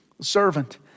servant